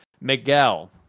Miguel